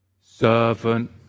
servant